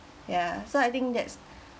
ya so I think that's